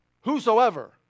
whosoever